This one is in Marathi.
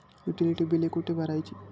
युटिलिटी बिले कुठे भरायची?